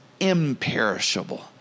Imperishable